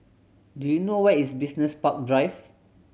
do you know where is Business Park Drive